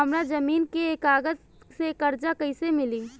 हमरा जमीन के कागज से कर्जा कैसे मिली?